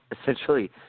essentially